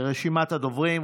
רשימת הדוברים,